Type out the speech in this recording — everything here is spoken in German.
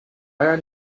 eier